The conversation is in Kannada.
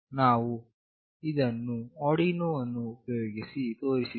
ನಾವು ಇದನ್ನು ಆರ್ಡಿನೋ ಅನ್ನು ಉಪಯೋಗಿಸಿ ತೋರಿಸಿದ್ದೇವೆ